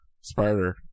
spider